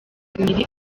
nyiri